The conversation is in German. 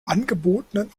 angebotenen